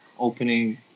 opening